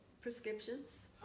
prescriptions